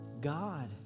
God